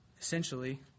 Essentially